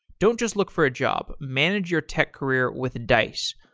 don't just look for a job manage your tech career with dice.